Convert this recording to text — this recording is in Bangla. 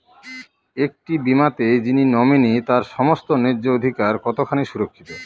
একটি বীমাতে যিনি নমিনি তার সমস্ত ন্যায্য অধিকার কতখানি সুরক্ষিত?